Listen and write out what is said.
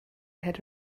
had